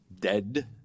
Dead